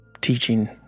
teaching